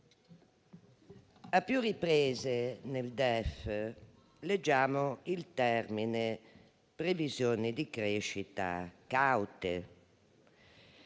a più riprese nel DEF leggiamo il termine "previsioni di crescita caute".